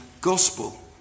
gospel